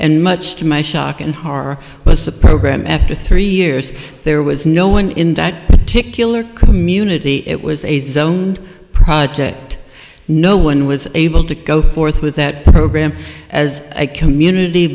and much to my shock and horror was the programme after three years there was no one in that particular community it was a zoned project no one was able to go forth with that program as a community